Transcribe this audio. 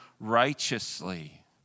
righteously